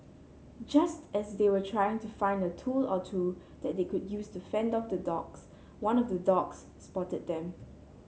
just as they were trying to find a tool or two that they could use to fend off the dogs one of the dogs spotted them